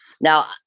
Now